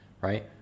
right